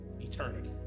eternity